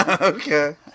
Okay